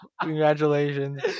Congratulations